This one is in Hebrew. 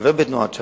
כחבר בתנועת ש"ס,